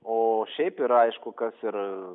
o šiaip ir aišku kas ir